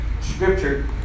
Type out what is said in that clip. scripture